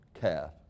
calf